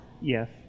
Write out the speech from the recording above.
Yes